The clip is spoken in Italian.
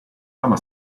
lama